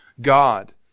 God